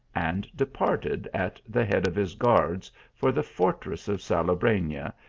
and de parted at the head of his guards for the fortress of salobreiia,